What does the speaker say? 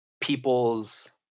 people's